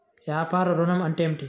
వ్యాపార ఋణం అంటే ఏమిటి?